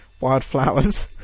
Wildflowers